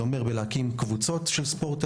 זה אומר להקים קבוצות ספורט,